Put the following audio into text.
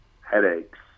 Headaches